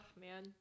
man